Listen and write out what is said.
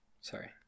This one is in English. Sorry